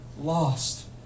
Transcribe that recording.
lost